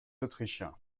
autrichiens